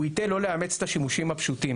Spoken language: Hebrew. הוא ייטה לא לאמץ את השימושים הפשוטים.